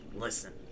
Listen